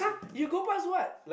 you go past what